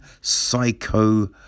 Psycho